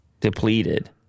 depleted